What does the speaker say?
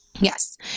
Yes